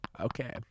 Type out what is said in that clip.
Okay